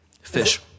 Fish